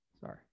Sorry